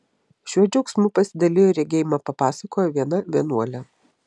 šiuo džiaugsmu pasidalijo ir regėjimą papasakojo viena vienuolė